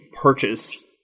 purchase